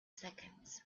seconds